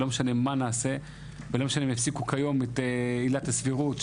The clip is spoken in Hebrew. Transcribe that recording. לא משנה מה נעשה ולא משנה עם יפסיקו כיום את עילת הסבירות,